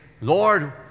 Lord